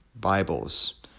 Bibles